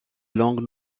langue